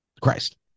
Christ